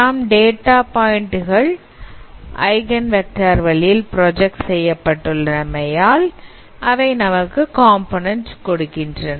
நாம் டேட்டா பாயிண்டுகள் eigen vector வழியில் பிராஜக்ட் செய்யப்பட்டுள்ள மையால் அவை நமக்கு காம்போநன்ண்ட் கொடுக்கின்றன